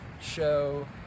show